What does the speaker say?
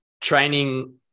training –